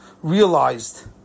realized